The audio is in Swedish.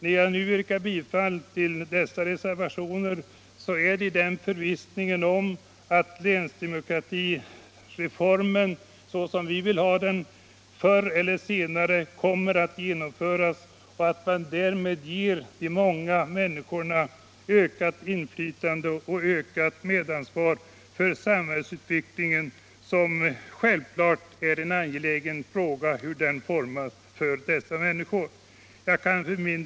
När jag nu yrkar bifall till dessa reservationer är det i förvissningen att länsdemokratireformen, såsom vi reservanter vill ha den, förr eller senare måste genomföras och att man därmed ger de många människorna ökat inflytande och ökat medansvar för samhällsutvecklingen, vars utformning självklart är en angelägen fråga för dessa människor. Fru talman!